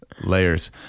Layers